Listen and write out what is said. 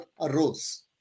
arose